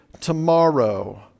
tomorrow